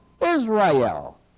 Israel